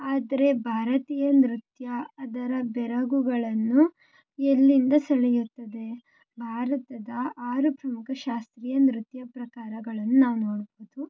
ಆದರೆ ಭಾರತೀಯ ನೃತ್ಯ ಅದರ ಬೆರಗುಗಳನ್ನು ಎಲ್ಲಿಂದ ಸೆಳೆಯುತ್ತದೆ ಭಾರತದ ಆರು ಪ್ರಮುಖ ಶಾಸ್ತ್ರೀಯ ನೃತ್ಯ ಪ್ರಕಾರಗಳನ್ನು ನಾವು ನೋಡ್ಬೋದು